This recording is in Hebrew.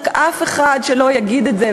רק אף אחד שלא יגיד את זה,